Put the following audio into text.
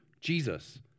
Jesus